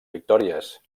victòries